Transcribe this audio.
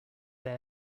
they